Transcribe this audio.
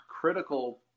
critical